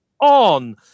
on